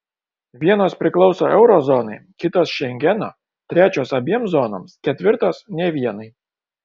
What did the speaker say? vienos priklauso euro zonai kitos šengeno trečios abiem zonoms ketvirtos nė vienai